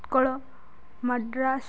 Utkal Madras